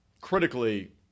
critically